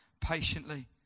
patiently